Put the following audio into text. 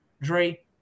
Dre